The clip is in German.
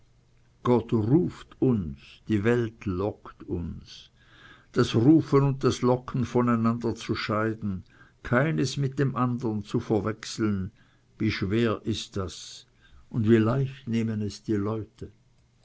gott ruft uns die welt lockt uns das rufen und das locken von einander zu scheiden keines mit dem andern zu verwechseln wie schwer ist das und wie leicht nehmen es viele leute